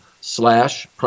slash